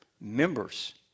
Members